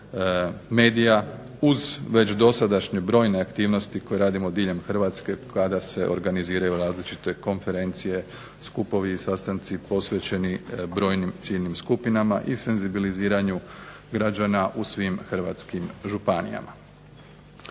medija uz već dosadašnje brojne aktivnosti koje radimo diljem Hrvatske kada se organiziraju različite konferencije, skupovi, sastanci posvećeni brojnim ciljnim skupinama i senzibiliziranju građana u svim Hrvatskim županijama.